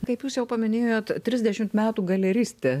kaip jūs jau paminėjot trisdešimt metų galeristė